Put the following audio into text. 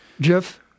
Jeff